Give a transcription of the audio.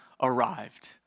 arrived